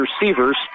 receivers